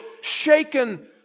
shaken